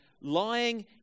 lying